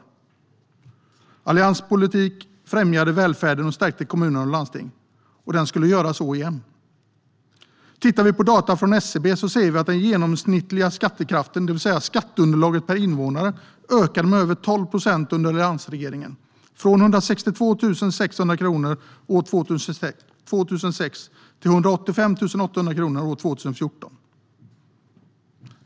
Alliansens politik främjade välfärden och stärkte kommuner och landsting, och den skulle kunna göra så igen. Tittar vi på data från SCB ser vi att den genomsnittliga skattekraften, det vill säga skatteunderlaget per invånare, ökade med över 12 procent under alliansregeringen, från 162 600 kronor år 2006 till 185 800 kronor år 2014.